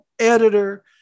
editor